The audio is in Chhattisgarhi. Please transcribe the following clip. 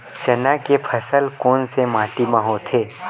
चना के फसल कोन से माटी मा होथे?